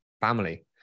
family